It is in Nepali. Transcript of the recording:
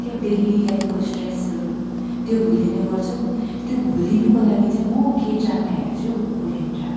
क्या डेली लाइफको स्ट्रेसहरू त्यो भुलिने गर्छौँ त्यो भुलिनुको लागि चाहिँ म के ड्रामा हेर्छु कोरियन ड्रामा